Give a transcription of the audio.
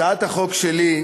הצעת החוק שלי,